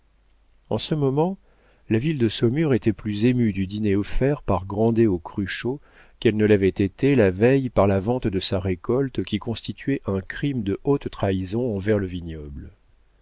en ce moment la ville de saumur était plus émue du dîner offert par grandet aux cruchot qu'elle ne l'avait été la veille par la vente de sa récolte qui constituait un crime de haute trahison envers le vignoble